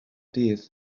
dydd